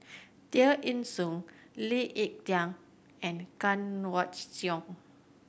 Tear Ee Soon Lee Ek Tieng and Kanwaljit Soin